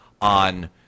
on